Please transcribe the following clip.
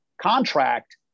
contract